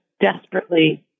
desperately